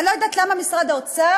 אני לא יודעת למה משרד האוצר